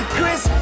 Chris